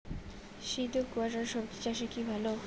শীত ও কুয়াশা স্বজি চাষে কি ভালো?